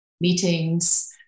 meetings